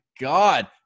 God